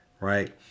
right